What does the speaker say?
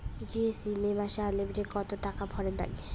Jio sim এ মাসে unlimited কত টাকা ভরের নাগে?